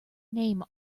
name